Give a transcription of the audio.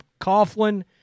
Coughlin